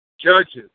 judges